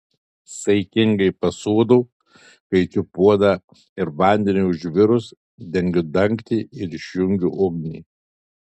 saikingai pasūdau kaičiu puodą ir vandeniui užvirus dengiu dangtį ir išjungiu ugnį